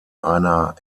einer